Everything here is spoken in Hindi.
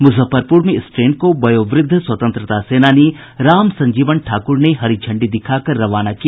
मुजफ्फरपुर में इस ट्रेन को वयोवृद्ध स्वतंत्रता सेनानी राम संजीवन ठाकुर ने हरी झंडी दिखाकर रवाना किया